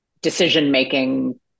decision-making